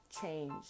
change